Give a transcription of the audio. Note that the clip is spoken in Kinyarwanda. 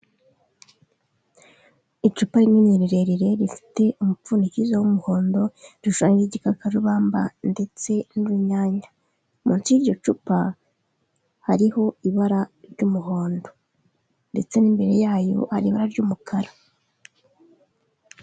Icupa rinini rirerire rifite umupfundikizo w'umuhondo rishushanyijeho igikakarubamba ndetse n'urunyanya, munsi y'iryo cupa hariho ibara ry'umuhondo ndetse n'imbere yayo hari ibara ry'umukara.